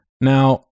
Now